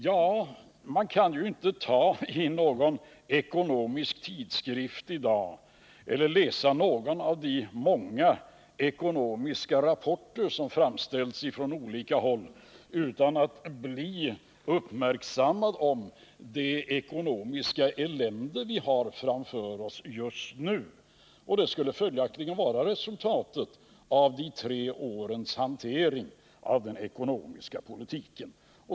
Ja, man kan ju inte ta i någon ekonomisk tidskrift i dag eller läsa någon av de många ekonomiska rapporter som framställs på olika håll utan att bli uppmärksammad på det ekonomiska elände vi har framför oss. Det skulle följaktligen vara resultatet av de tre senaste årens hantering av den ekonomiska politiken.